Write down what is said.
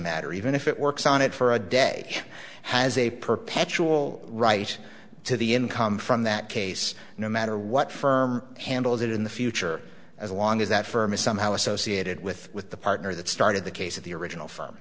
matter even if it works on it for a day has a per pack sure all right to the income from that case no matter what firm handles it in the future as long as that firm is somehow associated with with the partner that started the case of the original f